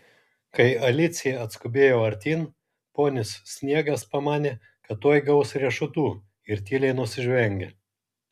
kai alicija atskubėjo artyn ponis sniegas pamanė kad tuoj gaus riešutų ir tyliai nusižvengė